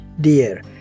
Dear